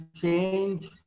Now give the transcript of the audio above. change